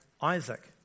Isaac